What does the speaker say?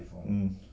um